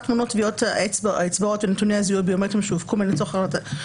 תמונות טביעות האצבעות ונתוני הזיהוי הביומטריים שהופקו לצורך